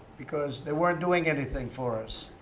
because they weren't doing anything for us.